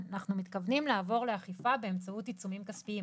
אנחנו מתכוונים לעבור לאכיפה באמצעות עיצומים כספיים.